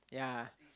yeah